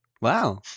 Wow